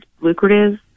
lucrative